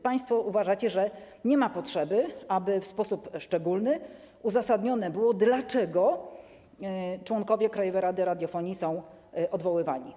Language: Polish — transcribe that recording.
Państwo uważacie, że nie ma potrzeby, aby w sposób szczególny uzasadnione było, dlaczego członkowie krajowej rady radiofonii są odwoływani.